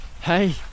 Hey